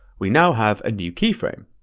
we now have a new keyframe.